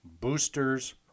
boosters